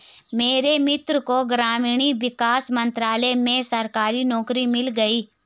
मेरे मित्र को ग्रामीण विकास मंत्रालय में सरकारी नौकरी मिल गई